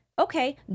okay